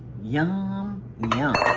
yum um yum,